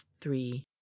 Three